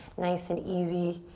nice and easy.